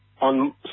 On